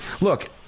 Look